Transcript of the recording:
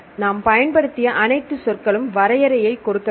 நாம் பயன்படுத்திய அனைத்து சொற்களும் வரையறையை கொடுக்க வேண்டும்